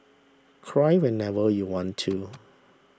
cry whenever you want to